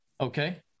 Okay